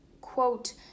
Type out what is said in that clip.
quote